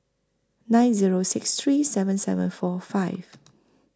nine Zero six three seven seven four five